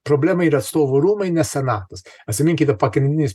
problema yra atstovų rūmai ne senatas atsiminkite pagrindinis